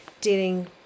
dealing